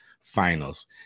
Finals